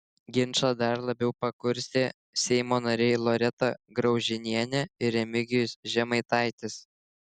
ginčą dar labiau pakurstė seimo nariai loreta graužinienė ir remigijus žemaitaitis